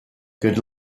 good